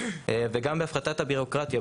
וגם בהפחתת הביורוקרטיה.